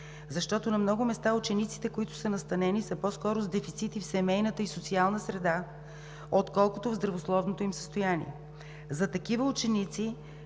център? На много места учениците, които са настанени, са по-скоро с дефицити в семейната и социалната среда, отколкото в здравословното им състояние. За проявите,